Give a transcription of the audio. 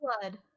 blood